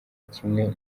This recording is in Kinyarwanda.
kimwe